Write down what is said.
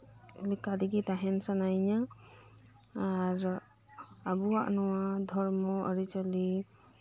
ᱞᱮᱠᱟ ᱛᱮᱜᱮ ᱛᱟᱦᱮᱱ ᱥᱟᱱᱟᱭᱤᱧᱟᱹ ᱟᱨ ᱟᱵᱩᱣᱟᱜ ᱱᱚᱣᱟ ᱫᱷᱚᱨᱢᱚ ᱟᱹᱨᱤᱪᱟᱹᱞᱤ